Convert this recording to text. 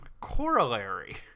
Corollary